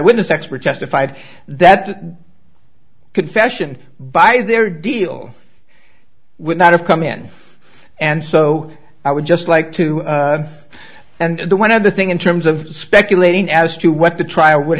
witness expert testified that confession by their deal i would not have come in and so i would just like to and the one of the thing in terms of speculating as to what the trial would